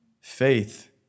Faith